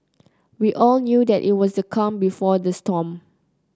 we all knew that it was the calm before the storm